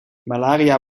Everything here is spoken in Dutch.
malaria